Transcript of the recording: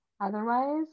Otherwise